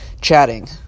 chatting